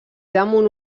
damunt